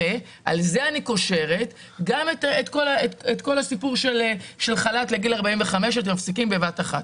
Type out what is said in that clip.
על זה אני קושרת גם את כל הסיפור של חל"ת לגיל 45 שאתם מפסיקים בבת אחת.